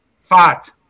fat